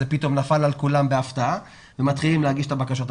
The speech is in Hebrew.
מה שנפל על כולם בהפתעה ומתחילים להגיש את הבקשות.